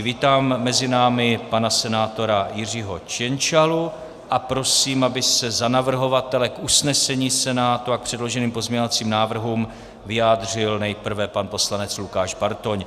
Vítám mezi námi pana senátora Jiřího Ciencialu a prosím, aby se za navrhovatele k usnesení Senátu a k předloženým pozměňovacím návrhům vyjádřil nejprve pan poslanec Lukáš Bartoň.